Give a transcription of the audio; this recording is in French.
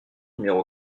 numéro